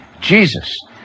Jesus